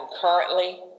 currently